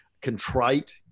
contrite